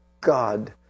God